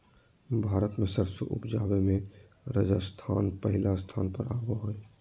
भारत मे सरसों उपजावे मे राजस्थान पहिल स्थान पर आवो हय